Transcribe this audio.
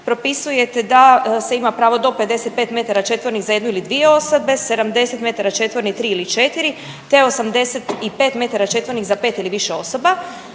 propisujete da se ima pravo do 55 metara četvornih za jednu ili dvije osobe, 70 metara četvornih 3 ili 4, te 85 metara četvornih za 5 ili više osoba,